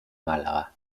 málaga